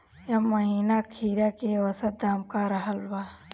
एह महीना खीरा के औसत दाम का रहल बा?